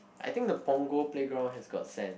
I think the Punggol playground has got sand